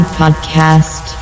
podcast